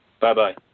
Bye-bye